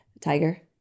Tiger